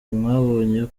mwabonye